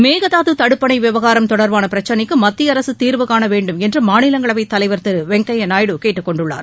மேகதாது தடுப்பணை விவகாரம் தொடர்பான பிரச்னைக்கு மத்திய அரசு தீர்வு காண வேண்டுமென்று மாநிலங்களைத் தலைவர் திருவெங்கையா நாயுடு கேட்டுக்கொண்டுள்ளார்